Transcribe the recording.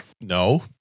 No